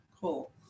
cool